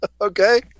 Okay